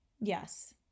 Yes